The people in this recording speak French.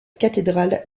cathédrale